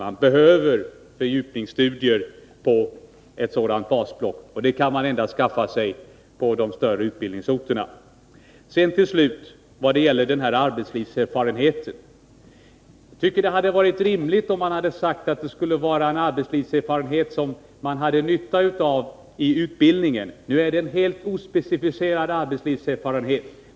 Man behöver fördjupningsstudier på ett sådant basblock, och sådana kan man skaffa sig endast på de större utbildningsorterna. Vad till slut gäller arbetslivserfarenheten tycker jag att det hade varit rimligt, om man hade föreskrivit att det skulle vara fråga om en arbetslivserfarenhet som man har nytta av i utbildningen. Nu är det fråga om en helt ospecificerad arbetslivserfarenhet.